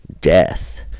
death